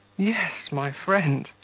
yes, my friend,